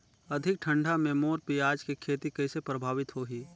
अधिक ठंडा मे मोर पियाज के खेती कइसे प्रभावित होही?